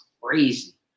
crazy